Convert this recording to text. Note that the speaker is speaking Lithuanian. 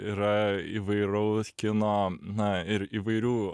yra įvairaus kino na ir įvairių